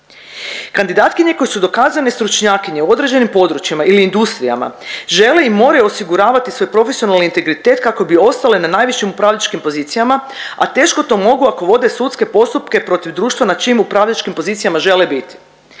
Kandidatkinje koje su dokazane stručnjakinje u određenim područjima ili industrijama žele i moraju osiguravati svoj profesionalni integritet kako bi ostale na najvišim upravljačkim pozicijama, a teško to mogu ako vode sudske postupke protiv društva na čijim upravljačkim pozicijama žele biti.